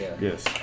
Yes